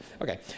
Okay